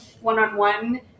one-on-one